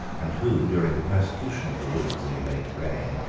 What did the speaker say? and who, during the persecution of the whigs in the late reign,